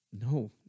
no